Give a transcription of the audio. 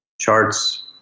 charts